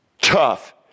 tough